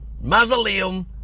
Mausoleum